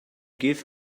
give